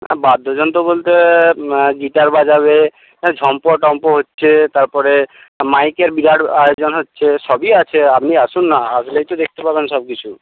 হ্যাঁ বাদ্যযন্ত্র বলতে গিটার বাজাবে হ্যাঁ ঝম্প টম্প হচ্ছে তারপরে মাইকের বিরাট আয়োজন হচ্ছে সবই আছে আপনি আসুন না আসলেই তো দেখতে পাবেন সব কিছু